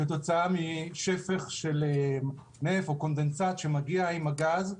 כתוצאה משפך של נפט או קונדנצט שמגיע עם הגז,